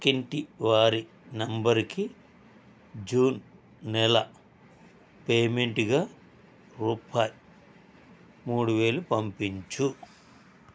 పక్కింటివారి నంబరుకి జూన్ నెల పేమెంటుగా రూపాయి మూడువేలు పంపించు